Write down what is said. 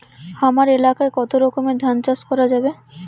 হামার এলাকায় কতো রকমের ধান চাষ করা যাবে?